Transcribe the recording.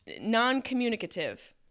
non-communicative